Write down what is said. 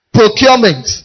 procurement